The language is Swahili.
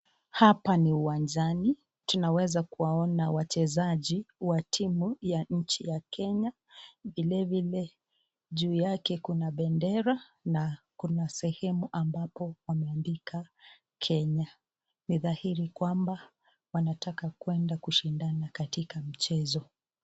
Hapa ni uwanjani. Tunaweza kuwaona wachezaji wa timu ya nchi ya Kenya. Vile vile, juu yake kuna bendera na kuna sehemu ambapo wameandika Kenya. Ni dhahiri kwamba wanataka kwenda kushindana katika mchezo.